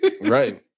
right